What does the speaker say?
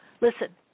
Listen